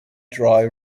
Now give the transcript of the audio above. dry